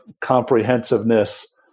comprehensiveness